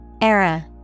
Era